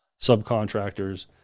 subcontractors